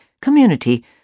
community